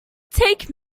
take